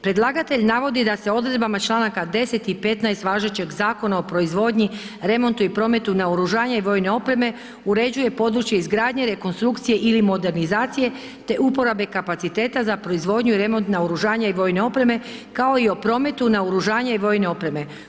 Predlagatelj navodi se odredbama članaka 10. i 15. važećeg Zakona o proizvodnji, remontu i prometu naoružanja i vojne opreme uređuje područje izgradnje, rekonstrukcije ili modernizacije te upotrebe kapaciteta za proizvodnju i remont naoružanja i vojne opreme kao i o prometu naoružanja i vojne opreme.